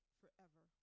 forever